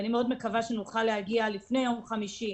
אני מאוד מקווה שלפני יום חמישי